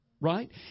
right